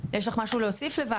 יש לך משהו להוסיף, לבנה?